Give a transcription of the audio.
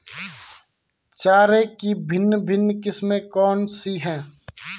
चारे की भिन्न भिन्न किस्में कौन सी हैं?